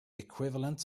equivalent